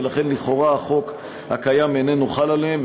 ולכן לכאורה החוק הקיים איננו חל עליהם,